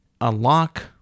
unlock